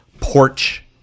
porch